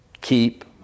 Keep